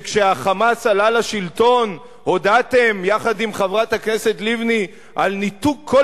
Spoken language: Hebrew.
שכשה"חמאס" עלה לשלטון הודעתם יחד עם חברת הכנסת לבני על ניתוק כל